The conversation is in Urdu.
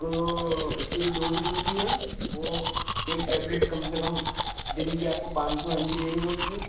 تو اس کی جو ڈوزیج ہوتی ہے وہ ایک ٹیبلیٹ کم سے کم دن کی آپ کو پانچ سو ایم جی لینی ہوتی ہے